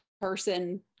person